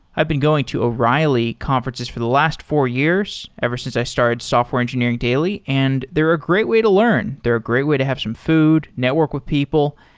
i've been going to o'reilly conferences for the last four years ever since i started software engineering daily, and they're ah great way to learn. they're a great way to have some food, network with people.